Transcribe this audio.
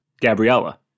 Gabriella